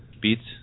beats